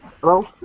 Hello